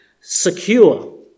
secure